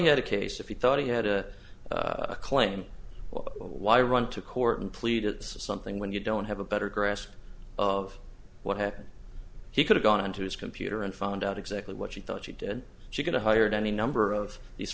had a case if he thought he had a claim why run to court and plead is something when you don't have a better grasp of what happened he could have gone on to his computer and found out exactly what she thought she did she get a hired any number of these